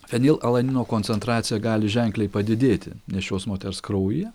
fenilalanino koncentracija gali ženkliai padidėti nėščios moters kraujyje